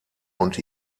und